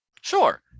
Sure